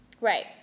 right